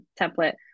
template